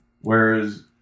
Whereas